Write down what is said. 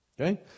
Okay